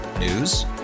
News